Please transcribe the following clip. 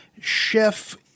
chef